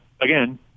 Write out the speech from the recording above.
again